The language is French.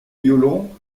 violon